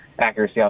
accuracy